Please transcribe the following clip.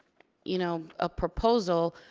you know a proposal,